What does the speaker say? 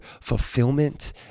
fulfillment